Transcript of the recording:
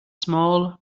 small